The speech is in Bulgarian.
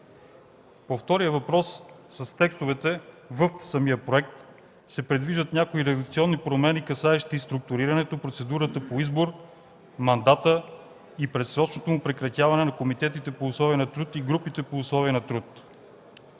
По втория въпрос с текстовете в самия проект се предвиждат някои редакционни промени, касаещи структурирането, процедурата по избор, мандата и предсрочното му прекратяване на комитетите по условие на труд и групите по условие на труд.